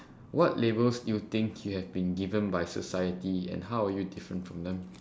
what labels do you think you have been given by society and how are you different from them